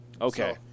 Okay